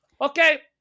Okay